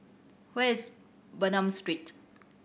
where is Bernam Street